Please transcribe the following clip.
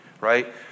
right